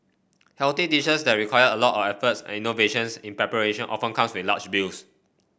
healthy dishes that require a lot of efforts and innovations in preparation often comes with large bills